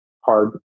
hard